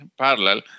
parallel